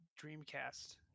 Dreamcast